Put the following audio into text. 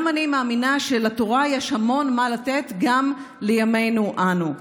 גם אני מאמינה שלתורה יש המון מה לתת גם לימינו אנו.